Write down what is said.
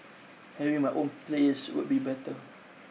having my own place would be better